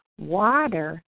water